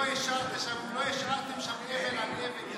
לא השארתם שם אבן על אבן,